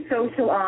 Social